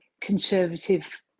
Conservative